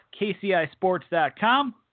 kcisports.com